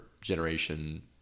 Generation